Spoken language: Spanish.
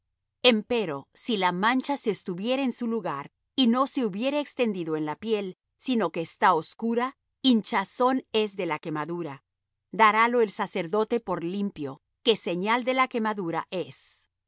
lepra empero si la mancha se estuviere en su lugar y no se hubiere extendido en la piel sino que está oscura hinchazón es de la quemadura darálo el sacerdote por limpio que señal de la quemadura es